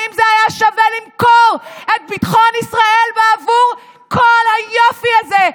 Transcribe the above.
האם זה היה שווה למכור את ביטחון ישראל בעבור כל היופי הזה?